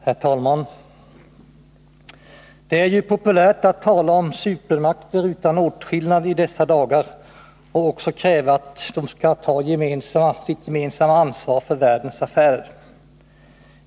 Herr talman! Det är ju populärt att tala om supermakter utan åtskillnad i dessa dagar och också att kräva att de skall ta sitt gemensamma ansvar för världens affärer.